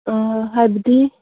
ꯑꯥ ꯍꯥꯏꯕꯗꯤ